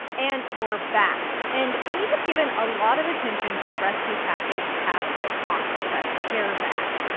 and we're back. and we have given a lot of attention to the rescue package passed by congress, that cares act.